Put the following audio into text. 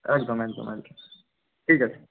একদম একদম একদম ঠিক আছে